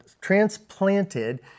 transplanted